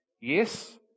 Yes